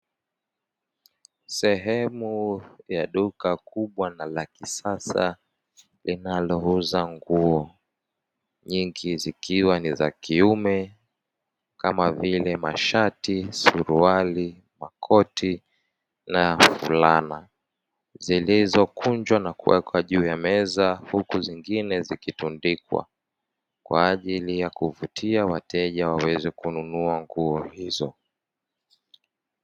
Sehemu ya duka kubwa na la kisasa linalouza nguo; nyingi zikiwa ni za kiume kama vile mashati, suruali, makoti na fulana; zilizokunjwa na kuwekwa juu ya meza huku zingine zikitundikwa, kwa ajili ya kuvutia wateja waweze kununua nguo hizo.